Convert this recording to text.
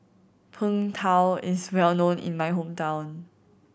Png Tao is well known in my hometown